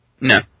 No